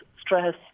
stress